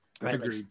Agreed